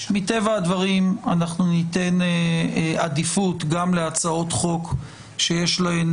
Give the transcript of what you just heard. מטבע הדברים אנחנו ניתן עדיפות גם להצעות חוק שיש להן